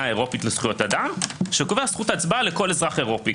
האירופית לזכויות אדם שקובע זכות הצבעה לכל אזרח אירופי.